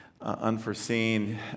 unforeseen